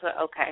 okay